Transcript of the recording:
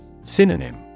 Synonym